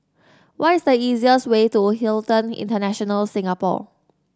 what is the easiest way to Hilton International Singapore